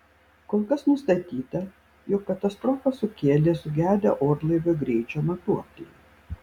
kol kas nustatyta jog katastrofą sukėlė sugedę orlaivio greičio matuokliai